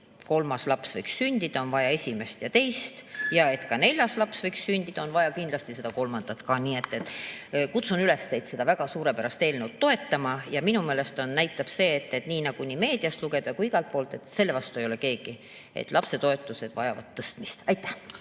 kolmas laps võiks sündida, on vaja esimest ja teist. Ja et ka neljas laps võiks sündida, on vaja kindlasti ka kolmandat. Nii et kutsun teid üles seda väga suurepärast eelnõu toetama. Minu meelest näitab see, nii nagu saab lugeda meediast ja igalt poolt, et selle vastu ei ole keegi: lapsetoetused vajavad tõstmist. Aitäh!